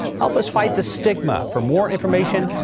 help us fight the stigma for more information.